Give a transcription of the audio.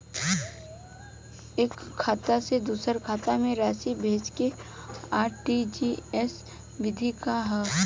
एकह खाता से दूसर खाता में राशि भेजेके आर.टी.जी.एस विधि का ह?